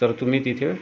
तर तुम्ही तिथे